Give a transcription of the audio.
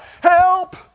Help